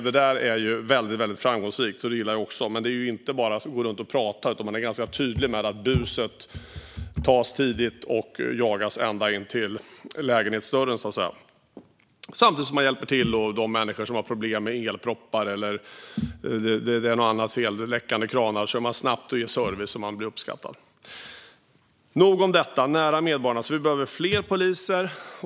Detta är väldigt framgångsrikt, så det gillar jag också. Men det är inte bara att gå runt och prata, utan man är ganska tydlig med att buset tas tidigt och jagas ända in till lägenhetsdörren, så att säga. Samtidigt hjälper man människor som har problem med elproppar eller läckande kranar. Man ger snabbt service, och man blir uppskattad. Nog om detta. Det handlar om att vara nära medborgarna. Vi behöver fler poliser.